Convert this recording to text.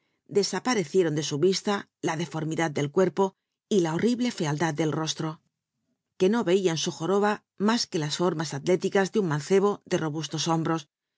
aparecicron de stt visla la deformidad del cuerpo y la horrible fealdad del ro lro que no ycia en su joroha mlts r uc las formas atléticas de un mancebo ele robustos hombrm